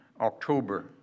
October